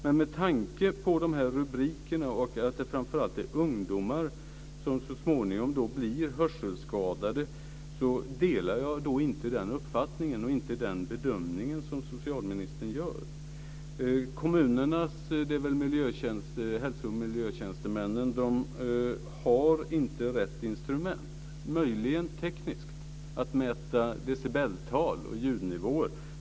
Men med tanke på de rubriker som jag läste upp och att det framför allt är ungdomar som så småningom blir hörselskadade delar jag inte socialministerns uppfattning och bedömning. Kommunernas hälsooch miljötjänstemän har inte rätt instrument - möjligen tekniskt - att mäta decibeltal och ljudnivåer.